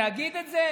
להגיד את זה?